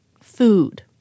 food